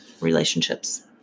relationships